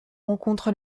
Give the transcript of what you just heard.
rencontre